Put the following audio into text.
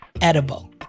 edible